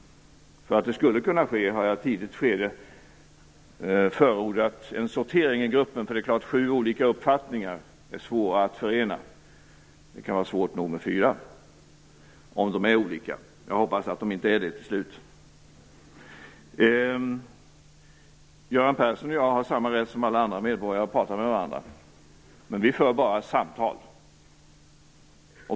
För att detta skulle kunna ske förordade jag i ett tidigt skede en sortering i gruppen - sju olika uppfattningar är svåra att förena; det kan vara svårt nog med fyra, om de är olika. Jag hoppas att det skall visa sig att de inte är det, till slut. Göran Persson och jag har samma rätt som alla andra medborgare att prata med varandra, men vi för bara samtal.